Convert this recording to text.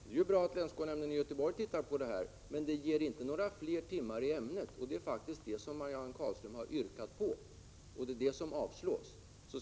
Herr talman! Det är ju bra att länsskolnämnden i Göteborg ser på denna fråga, men det ger inte några fler timmar i ämnet, och det är faktiskt det som Marianne Carlström har yrkat på, och det är det yrkandet som avslås av utskottet.